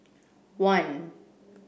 one